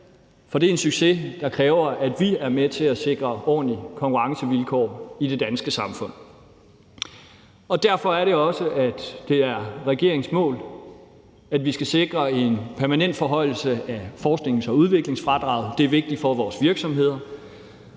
for det er en succes, der kræver, at vi er med til at sikre ordentlige konkurrencevilkår i det danske samfund, og derfor er det også, at det er regeringens mål, at vi skal sikre en permanent forhøjelse af forsknings- og udviklingsfradraget. Det er vigtigt for vores virksomheder,